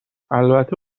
البته